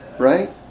Right